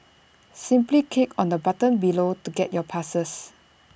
simply click on the button below to get your passes